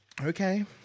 Okay